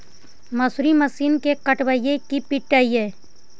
मसुरी मशिन से कटइयै कि पिटबै?